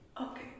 Okay